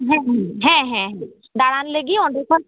ᱦᱮᱸ ᱦᱮᱸ ᱦᱮᱸ ᱦᱮᱸ ᱫᱟᱬᱟᱱ ᱞᱟᱹᱜᱤᱫ ᱚᱸᱰᱮ ᱠᱷᱚᱱ